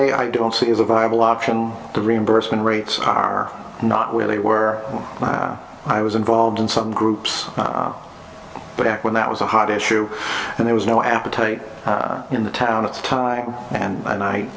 a i don't see is a viable option the reimbursement rates are not where they were i was involved in some groups but when that was a hot issue and there was no appetite in the town at the time and at night